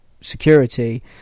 security